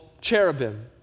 cherubim